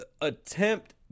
attempt